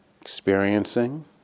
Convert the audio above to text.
experiencing